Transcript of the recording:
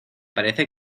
parece